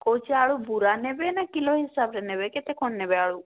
କହୁଛି ଆଳୁ ବୁରା ନେବେ ନା କିଲୋ ହିସାବରେ ନେବେ କେତେ କ'ଣ ନେବେ ଆଳୁ